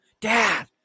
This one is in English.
Dad